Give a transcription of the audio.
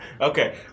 Okay